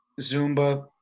Zumba